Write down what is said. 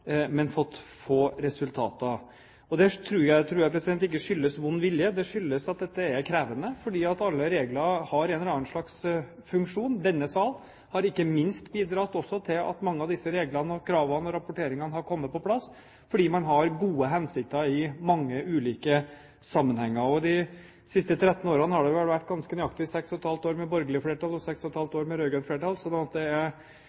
men fått få resultater. Det tror jeg ikke skyldes vond vilje. Det skyldes at det er krevende. Alle regler har en eller annen slags funksjon. Denne sal har ikke minst bidratt til at mange av disse reglene og kravene og rapporteringene har kommet på plass, fordi man har gode hensikter i mange ulike sammenhenger. De siste 13 årene har det vel vært ganske nøyaktig seks og et halvt år med borgerlig flertall og seks og et halvt år med rød-grønt flertall, slik at det er ikke så veldig vanskelig å fordele den skylden ganske jevnt. Det viktigste er